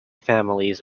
families